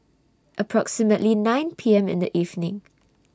approximately nine P M in The evening